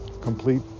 Complete